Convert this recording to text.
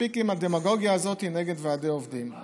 מספיק עם הדמגוגיה הזאת נגד ועדי עובדים.